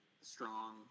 strong